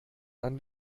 dann